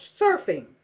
surfing